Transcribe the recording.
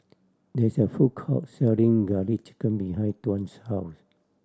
there is a food court selling Garlic Chicken behind Tuan's house